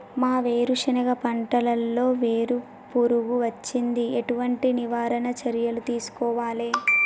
మా వేరుశెనగ పంటలలో వేరు పురుగు వచ్చింది? ఎటువంటి నివారణ చర్యలు తీసుకోవాలే?